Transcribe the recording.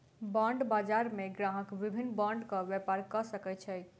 bond बजार मे ग्राहक विभिन्न बांडक व्यापार कय सकै छै